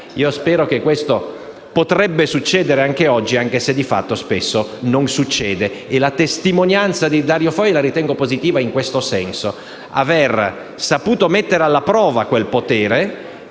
Io spero che questo possa succedere anche oggi, benché di fatto spesso non accada. La testimonianza di Dario Fo la ritengo positiva in questo senso: aver saputo mettere alla prova quel potere,